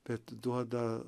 bet duoda